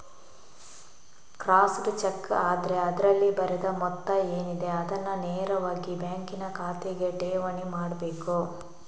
crossed cheque ಆದ್ರೆ ಅದ್ರಲ್ಲಿ ಬರೆದ ಮೊತ್ತ ಏನಿದೆ ಅದನ್ನ ನೇರವಾಗಿ ಬ್ಯಾಂಕಿನ ಖಾತೆಗೆ ಠೇವಣಿ ಮಾಡ್ಬೇಕು